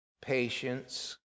patience